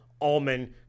almond